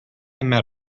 met